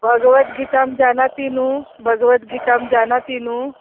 भगवद्गीतां जानाति नु भगवद्गीतां जानाति नु